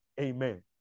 Amen